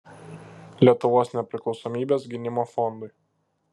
lietuvos nepriklausomybės gynimo fondui